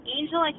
Angel